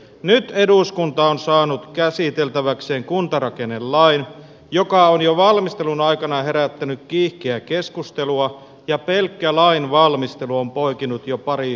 nyt eduskunta on saanut käsiteltäväkseen kuntarakennelain joka on jo valmistelun aikana herättänyt kiihkeää keskustelua ja pelkkä lain valmistelu on poikinut jo pari välikysymystäkin